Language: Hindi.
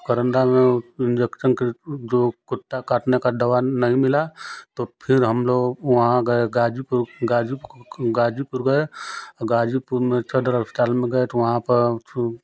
करन्दा में इन्जेक्शन का जो कुत्ता काटने का दवा नहीं मिला तो फिर हम लोग वहाँ गए गाजीपुर गाजीपुर गए गाजीपुर में सदर अस्पताल में गए तो वहाँ पर